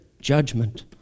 judgment